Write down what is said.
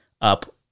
up